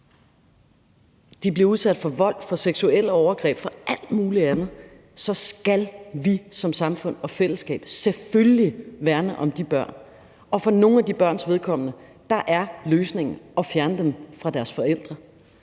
de bliver udsat for vold, for seksuelle overgreb, for alt muligt andet, så skal vi som samfund og fællesskab selvfølgelig værne om de børn. Og for nogle af de børns vedkommende er løsningen at fjerne dem fra deres forældre.